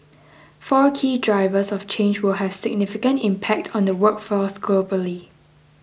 four key drivers of change will have significant impact on the workforce globally